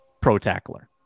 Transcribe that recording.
pro-tackler